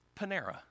panera